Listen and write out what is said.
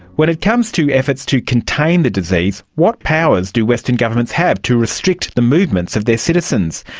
when it comes to efforts to contain the disease, what powers do western governments have to restrict the movements of their citizens?